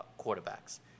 quarterbacks